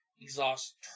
exhaust